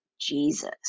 Jesus